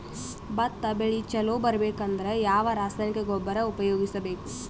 ಭತ್ತ ಬೆಳಿ ಚಲೋ ಬರಬೇಕು ಅಂದ್ರ ಯಾವ ರಾಸಾಯನಿಕ ಗೊಬ್ಬರ ಉಪಯೋಗಿಸ ಬೇಕು?